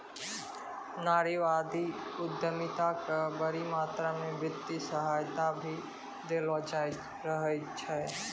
नारीवादी उद्यमिता क बड़ी मात्रा म वित्तीय सहायता भी देलो जा रहलो छै